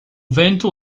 vento